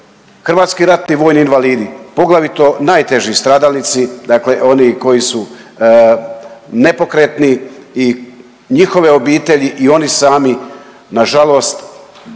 hrvatski ratni vojni invalidi poglavito najteži stradalnici, dakle oni koji su nepokretni i njihove obitelji i oni sami nažalost